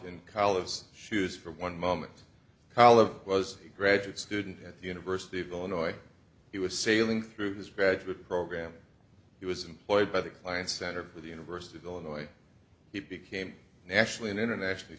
in collars shoes for one moment column was a graduate student at the university of illinois he was sailing through his graduate program he was employed by the client center for the university of illinois he became nationally and internationally